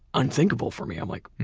unthinkable for me. i'm like,